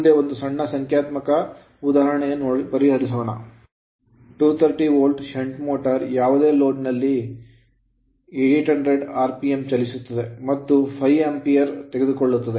ಮುಂದೆ ಒಂದು ಸಣ್ಣ ಸಂಖ್ಯಾತ್ಮಕ ಉದಾಹರಣೆ ಪರಿಹರಿಸೂಣ 230 volts shunt motor shunt motor ಯಾವುದೇ ನೋಲೋಡ್ ನಲ್ಲಿ 800 rpm ನಲ್ಲಿ ಚಲಿಸುತ್ತದೆ ಮತ್ತು 5 Ampere ಆಂಪಿಯರ್ ತೆಗೆದುಕೊಳ್ಳುತ್ತದೆ